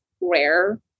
rare